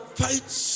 fights